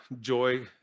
joy